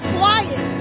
quiet